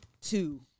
two